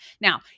Now